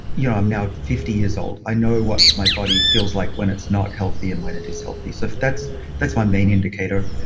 you know i'm now fifty years old. i know what my body feels like when it's not healthy and when it is healthy. so that's that's my main indicator.